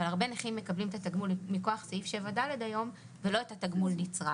התגמול מכוח סעיף 7ד ולא את תגמול נצרך